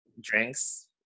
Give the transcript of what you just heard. drinks